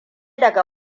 daga